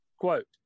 Quote